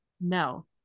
No